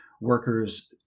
workers